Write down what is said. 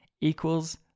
equals